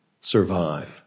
survive